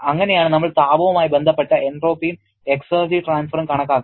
അങ്ങനെയാണ് നമ്മൾ താപവുമായി ബന്ധപ്പെട്ട എൻട്രോപ്പിയും എക്സർജി ട്രാൻസ്ഫറും കണക്കാക്കുന്നത്